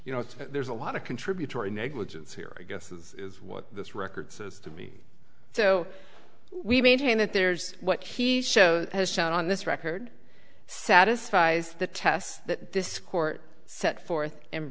you know there's a lot of contributory negligence here i guess is what this record says to me so we maintain that there's what he show has shown on this record satisfies the tests that this court set forth